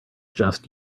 just